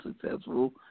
successful